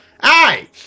Aye